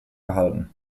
erhalten